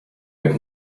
jak